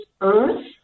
earth